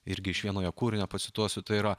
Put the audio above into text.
irgi iš vieno jo kūrinio pacituosiu tai yra